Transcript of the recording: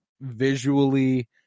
visually